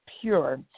pure